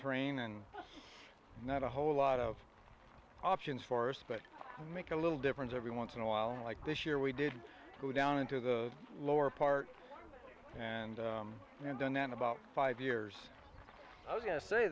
terrain and not a whole lot of options for us but make a little difference every once in a while like this year we did go down into the lower part and done an about five years i was gonna say